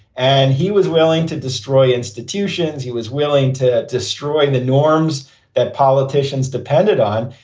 and he was willing to destroy institutions he was willing to destroy and the norms that politicians depended on.